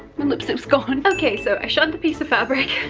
my lip-stick's gone. okay, so i shirred the piece of fabric.